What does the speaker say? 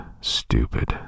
stupid